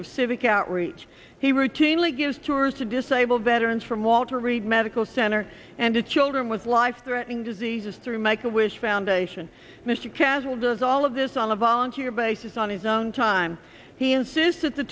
of civic outreach he routinely gives tours to disabled veterans from walter reed medical center and to children with life threatening diseases through make a wish foundation mr castle does all of this on a volunteer basis on his own time he insists th